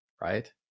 right